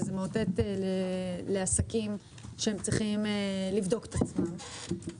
וזה מאותת לעסקים שהם צריכים לבדוק את עצמם.